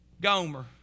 Gomer